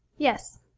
yes.